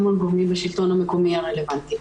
מול גורמים בשלטון המקומי הרלוונטי.